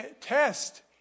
test